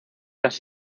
las